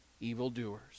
evildoers